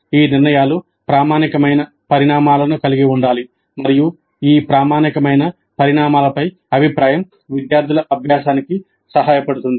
ఈ నిర్ణయాలు ప్రామాణికమైన పరిణామాలను కలిగి ఉండాలి మరియు ఈ ప్రామాణికమైన పరిణామాలపై అభిప్రాయం విద్యార్థుల అభ్యాసానికి సహాయపడుతుంది